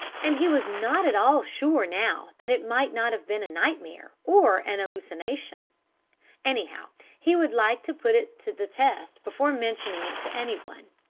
and he was not at all sure now that it might not have been a nightmare or an hallucination anyhow, he would like to put it to the test before mentioning it to anyone,